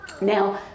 Now